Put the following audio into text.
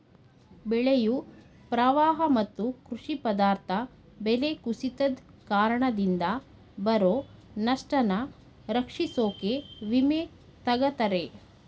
ಬೆಳೆಯು ಪ್ರವಾಹ ಮತ್ತು ಕೃಷಿ ಪದಾರ್ಥ ಬೆಲೆ ಕುಸಿತದ್ ಕಾರಣದಿಂದ ಬರೊ ನಷ್ಟನ ರಕ್ಷಿಸೋಕೆ ವಿಮೆ ತಗತರೆ